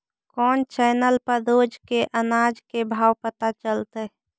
कोन चैनल पर रोज के अनाज के भाव पता चलतै?